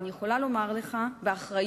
אני יכולה לומר לך באחריות,